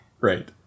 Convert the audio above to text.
Right